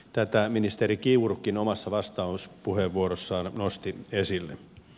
tätä ministeri kiurukin omassa vastauspuheenvuorossaan nosti esille